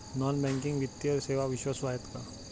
Non banking वित्तीय सेवा विश्वासू आहेत का?